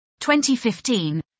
2015